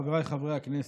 חבריי חברי הכנסת,